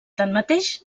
tanmateix